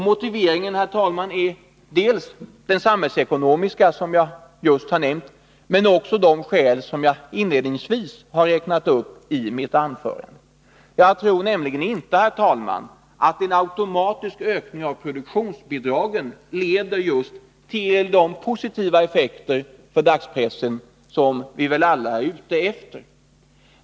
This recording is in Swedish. Motiveringen är dels den samhällsekonomiska, som jag just har nämnt, dels de skäl som jag har räknat uppinledningsvis i mitt anförande. Jag tror nämligen inte, herr talman, att en automatisk ökning av produktionsbidragen får just de positiva effekter för dagspressen som vi väl alla är ute efter.